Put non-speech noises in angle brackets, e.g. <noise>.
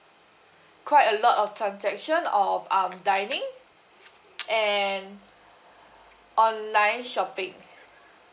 quite a lot of transaction of um dining <noise> and online shopping